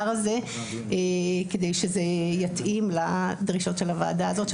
הזה כדי שזה יתאים לדרישות של הוועדה הזאת,